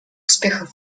успехов